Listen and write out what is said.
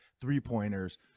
three-pointers